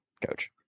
coach